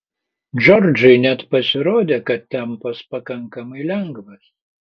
džordžui net pasirodė kad tempas pakankamai lengvas